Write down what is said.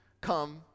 come